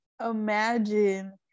imagine